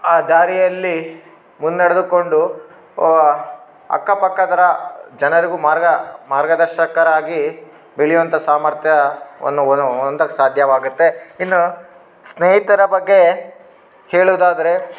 ಆ ದಾರಿಯಲ್ಲಿ ಮುನ್ನಡೆದುಕೊಂಡು ಅಕ್ಕಪಕ್ಕದ ಜನರಿಗು ಮಾರ್ಗ ಮಾರ್ಗದರ್ಶಕರಾಗಿ ಬೆಳೆಯುವಂಥ ಸಾಮರ್ಥ್ಯವನ್ನು ಒನು ಹೊಂದಕ್ಕೆ ಸಾಧ್ಯವಾಗುತ್ತೆ ಇನ್ನು ಸ್ನೇಯಿತರ ಬಗ್ಗೆ ಹೇಳುದಾದರೆ